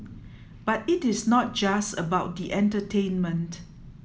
but it is not just about the entertainment